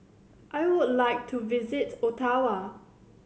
I would like to visit Ottawa